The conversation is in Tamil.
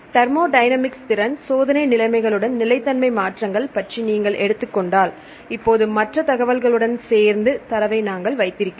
தெர்மோடைனமிக்ஸ் திறன் சோதனை நிலைமைகளுடன் நிலைத்தன்மை மாற்றங்கள் பற்றி நீங்கள் எடுத்துக் கொண்டால் இப்போது மற்ற தகவல்களுடன் சேர்ந்து தரவை நாங்கள் வைத்திருக்கிறோம்